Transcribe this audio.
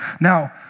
Now